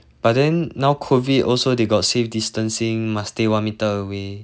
but then now COVID also they got safe distancing must stay one metre away